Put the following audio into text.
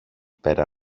πέρα